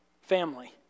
Family